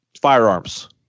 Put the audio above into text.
firearms